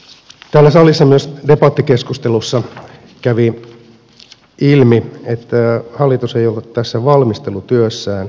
täällä salissa myös debattikeskustelussa kävi ilmi että hallitus ei ollut tässä valmistelutyössään kuullut asiantuntijoita